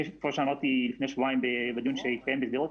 כמו שאמרתי לפני שבועיים בדיון שהתקיים בשדרות,